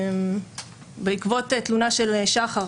בעקבות תלונה של שחר,